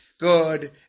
Good